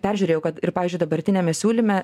peržiūrėjau kad ir pavyzdžiui dabartiniame siūlyme